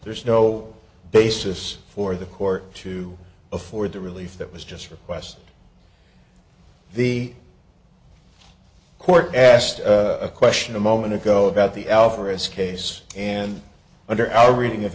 there's no basis for the court to afford the relief that was just request the court asked a question a moment ago about the alvarez case and under our reading of